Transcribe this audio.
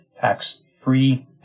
tax-free